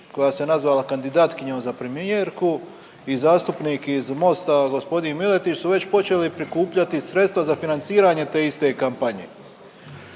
koja se nazvala kandidatkinjom za premijerku i zastupnik iz Mosta g. Miletić su već počeli prikupljati sredstva za financiranje te iste kampanje.